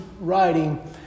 writing